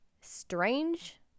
strange